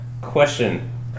question